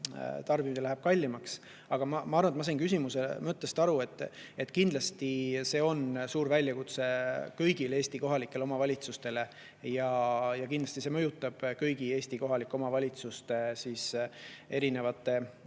tarbimine läheb kallimaks, aga ma arvan, et ma sain küsimuse mõttest aru. Kindlasti on see suur väljakutse kõigi Eesti kohalike omavalitsuste jaoks ja kindlasti see mõjutab kõigi Eesti kohalike omavalitsuste erinevate teenuste